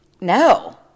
no